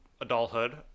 adulthood